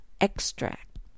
extract